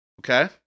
Okay